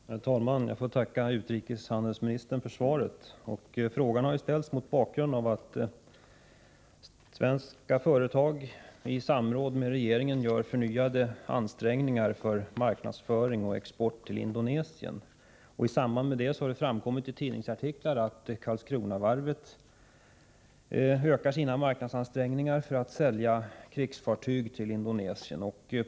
Herr talman! Jag får tacka utrikeshandelsministern för svaret. Frågan har ställts mot bakgrund av att svenska företag i samråd med regeringen gör förnyade ansträngningar i fråga om marknadsföring och export till Indonesien. I samband därmed har det genom tidningsartiklar framkommit att Karlskronavarvet ökar sina marknadsföringsansträngningar för att sälja krigsfartyg till Indonesien.